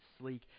sleek